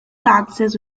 dances